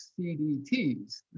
CDTs